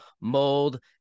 mold